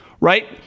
right